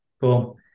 Cool